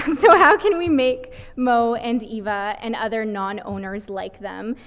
and so how can we make moe, and eva, and other non-owners like them,